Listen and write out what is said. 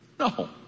No